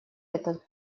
этот